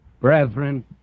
Brethren